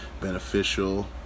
beneficial